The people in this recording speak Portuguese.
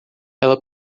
ela